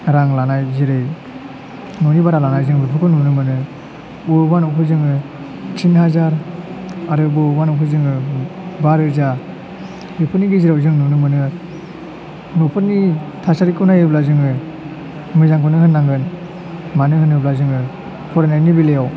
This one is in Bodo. रां लानाय जेरै न'नि भारा लानाय जों बेफोरखौ नुनो मोनो बबेबा न'खौ जोङो तिन हाजार आरो बबेबा न'खौ जोङो बा रोजा बेफोरनि गेजेराव जों नुनो मोनो आरो न'फोरनि थासारिखौ नायोब्ला जोङो मोजांखौनो होननांगोन मानो होनोब्ला जोङो फरायनायनि बेलायाव